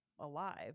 alive